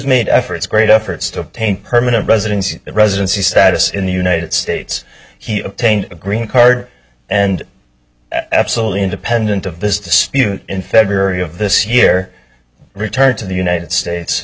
made efforts great efforts to paint permanent residency residency status in the united states he obtained a green card and absolutely independent of this dispute in february of this year returned to the united states